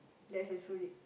that's a true date